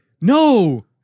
No